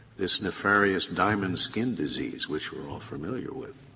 this nefarious diamond skin disease which we are all familiar with.